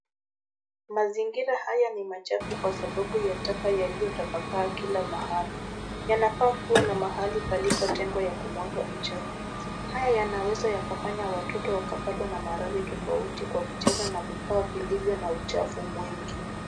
Mazingira haya ni machafu kwa sababu ya taka yaliotapakaa kila mahali. Yanafaa kuwa na mahali palipotengwa ya kumwaga uchafu. Haya yanaweza yakafanya watoto wakapatwa na maradhi tofauti kwa kucheza na kukaa vilivyo na uchafu mwingi.